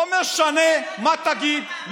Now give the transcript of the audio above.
לא משנה מה תגיד,